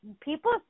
people